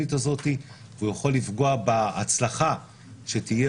התוכנית הזאת והוא יכול לפגוע בהצלחה שתהיה